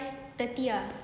thirty ah